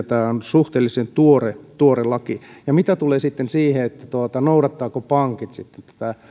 tämä on suhteellisen tuore tuore laki mitä tulee sitten siihen noudattavatko pankit sitten tätä